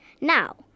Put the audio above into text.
Now